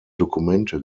dokumente